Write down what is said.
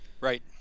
right